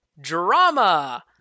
Drama